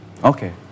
Okay